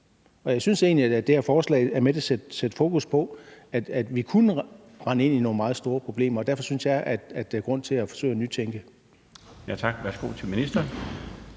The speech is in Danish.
Jeg synes egentlig, at det her forslag er med til at sætte fokus på, at vi kunne rende ind i nogle meget store problemer. Derfor synes jeg, der er grund til at forsøge at nytænke. Kl. 20:43 Den